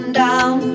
down